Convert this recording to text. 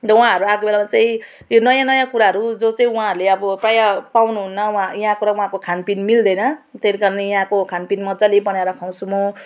अन्त उहाँहरू आएको बेला चाहिँ यो नयाँ नयाँ कुराहरू जो चाहिँ उहाँहरूले अब प्रायः पाउनुहुन्न यहाँको र वहाँको खानपिन मिल्दैन त्यही कारणले यहाँको खानपिन मजाले बनाएर खुवाउँछु म